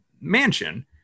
mansion